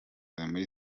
muri